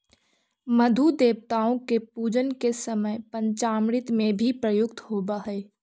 मधु देवताओं के पूजन के समय पंचामृत में भी प्रयुक्त होवअ हई